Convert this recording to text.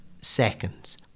seconds